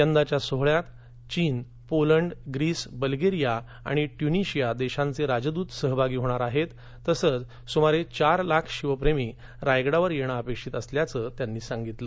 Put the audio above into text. यंदाच्या सोहोळ्यात चीन पोलंड ग्रीस बल्गेरिया ाणि ट्युनिशिया देशांचे राजदूत सहभागी होणार ा हेत तसंच सुमारे चार लाख शिवप्रेमी रायगडावर येणं अपेक्षित ा हे असं त्यांनी सांगितलं